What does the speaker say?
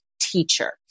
teacher